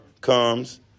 comes